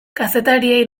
kazetariei